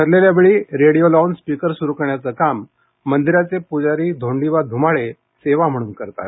ठरलेल्या वेळी रेडियो लावून स्पिकर सूरु करण्याचं काम मंदिराचे पूजारी धोंडीबा धूमाळे सेवा म्हणून करतात